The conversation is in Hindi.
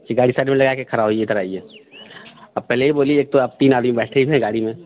गाड़ी साइड में लगाकर खड़ा होइए इधर आइए आप पहले यह बोलिए एक तो आप तीन आदमी बैठे हुए हैं गाड़ी में